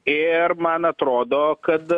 ir man atrodo kad